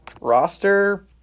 roster